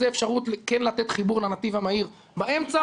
וזו אפשרות כן לתת חיבור לנתיב המהיר באמצע,